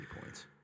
points